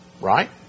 Right